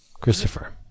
Christopher